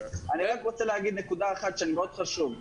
להגיד נקודה אחת שהיא חשובה מאוד.